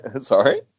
Sorry